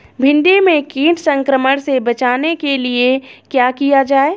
भिंडी में कीट संक्रमण से बचाने के लिए क्या किया जाए?